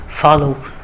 follow